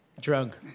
Drug